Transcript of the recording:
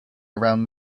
around